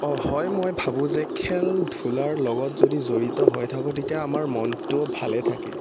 অঁ হয় মই ভাবোঁ যে খেলা ধূলাৰ লগত যদি জড়িত হৈ থাকোঁ তেতিয়া আমাৰ মনটোও ভালে থাকে